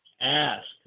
ask